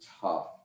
tough